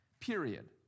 period